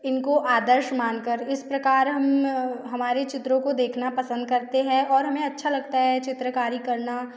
इनको आदर्श मान कर इस प्रकार हम हमारी चित्रों को देखना पसंद करते हैं और हमें अच्छा लगता है चित्रकारी करना